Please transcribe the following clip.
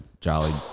Jolly